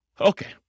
Okay